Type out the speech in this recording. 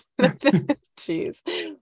Jeez